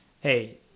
hey